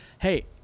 hey